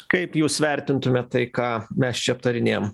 kaip jūs vertintumėt tai ką mes čia aptarinėjam